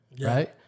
Right